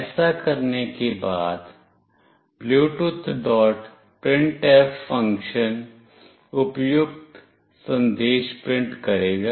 ऐसा करने के बाद bluetoothprintf फ़ंक्शन उपयुक्त संदेश प्रिंट करेगा